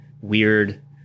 weird